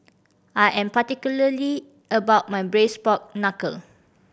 I am particularly about my Braised Pork Knuckle